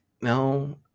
no